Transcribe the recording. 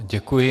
Děkuji.